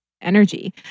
energy